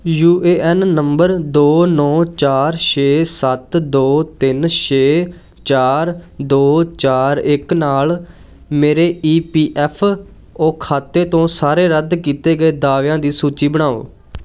you A N ਨੰਬਰ ਦੋ ਨੌਂ ਚਾਰ ਛੇ ਸੱਤ ਦੋ ਤਿੰਨ ਛੇ ਚਾਰ ਦੋ ਚਾਰ ਇਕ ਨਾਲ ਮੇਰੇ ਈ ਪੀ ਐਫ ਓ ਖਾਤੇ ਤੋਂ ਸਾਰੇ ਰੱਦ ਕੀਤੇ ਗਏ ਦਾਅਵਿਆਂ ਦੀ ਸੂਚੀ ਬਣਾਓ